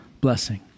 blessing